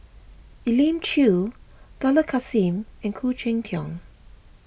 Elim Chew Dollah Kassim and Khoo Cheng Tiong